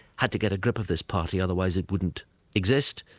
had to get a grip of this party otherwise it wouldn't exist,